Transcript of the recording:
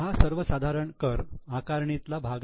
हा सर्वसाधारण कर आकारणीतला भाग नाही